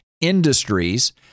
industries